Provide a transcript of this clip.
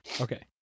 Okay